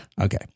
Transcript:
Okay